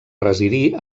residir